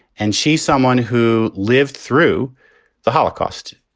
and she's someone who lived through the holocaust.